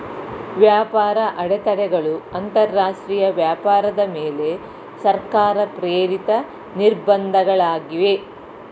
ವ್ಯಾಪಾರ ಅಡೆತಡೆಗಳು ಅಂತರಾಷ್ಟ್ರೀಯ ವ್ಯಾಪಾರದ ಮೇಲೆ ಸರ್ಕಾರ ಪ್ರೇರಿತ ನಿರ್ಬಂಧ ಗಳಾಗಿವೆ